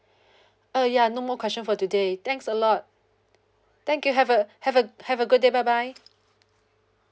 uh ya no more question for today thanks a lot thank you have a have a have a good day bye bye